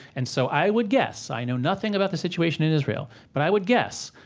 and so i would guess i know nothing about the situation in israel, but i would guess,